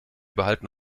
behalten